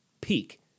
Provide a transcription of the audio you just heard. peak